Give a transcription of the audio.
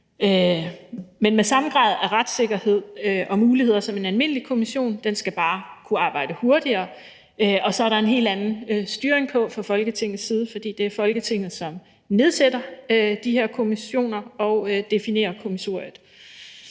men med samme grad af retssikkerhed og muligheder som en almindelig kommission. Den skal bare kunne arbejde hurtigere, og så er der en helt anden styring fra Folketingets side, for det er Folketinget, der nedsætter de her kommissioner og definerer kommissoriet.